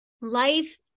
Life